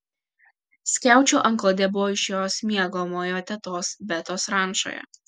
skiaučių antklodė buvo iš jos miegamojo tetos betos rančoje